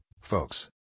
folks